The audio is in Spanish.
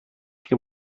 que